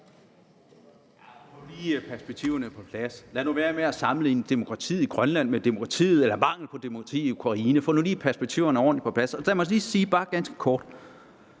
nu lige perspektiverne på plads. Lad nu være med at sammenligne demokratiet i Grønland med demokratiet eller manglen på demokrati i Ukraine. Få nu lige perspektiverne ordentlig på plads. Der må jeg lige sige ganske kort: